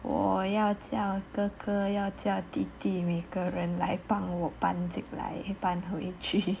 我要叫哥哥要叫弟弟每个人来帮我搬来搬去